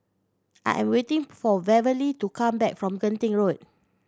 I am waiting for Beverly to come back from Genting Road